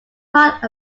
part